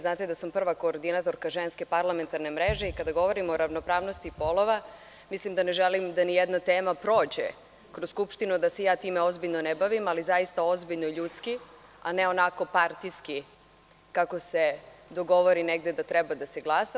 Znate da sam prva koordinatorka Ženske parlamentarne mreže i kada govorim o ravnopravnosti polova, mislim da ne želim da nijedna tema prođe kroz Skupštinu a da se ja time ozbiljno ne bavim, ali zaista ozbiljno i ljudski, a ne onako partijski kako se dogovori negde da treba da se glasa.